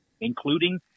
including